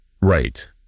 Right